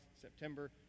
September